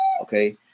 okay